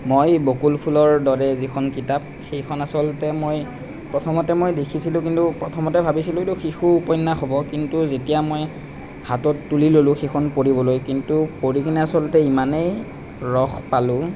মই বকুল ফুলৰ দৰে যিখন কিতাপ সেইখন আচলতে মই প্ৰথমতে মই দেখিছিলোঁ কিন্তু প্ৰথমতে ভাবিছিলোঁ এইটো শিশু উপন্যাস হ'ব কিন্তু যেতিয়া মই হাতত তুলি ললোঁ সেইখন পঢ়িবলৈ কিন্তু পঢ়ি কিনে আচলতে ইমানেই ৰস পালোঁ